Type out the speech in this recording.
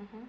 mmhmm